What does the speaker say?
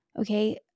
Okay